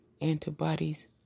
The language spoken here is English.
antibodies